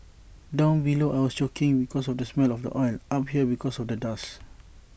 down below I was choking because of the smell of oil up here because of the dust